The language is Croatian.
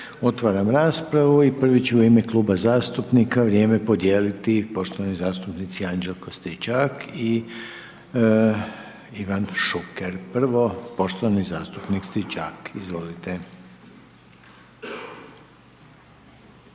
Otvaram raspravu i prvi će u ime kluba zastupnika vrijeme podijeliti poštovani zastupnici Anđelko Stričak i Ivan Šuker. Prvo poštovani zastupnik Stričak, izvolite.